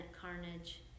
carnage